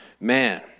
man